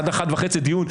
עד 01:30 דיון,